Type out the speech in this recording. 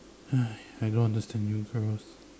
!aiya! I don't understand you girls